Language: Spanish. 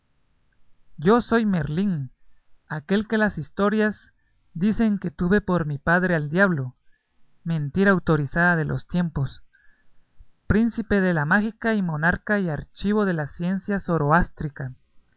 yo soy merlín aquel que las historias dicen que tuve por mi padre al diablo mentira autorizada de los tiempos príncipe de la mágica y monarca y archivo de la ciencia zoroástrica émulo a